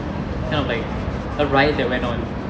kind of like a riot that went on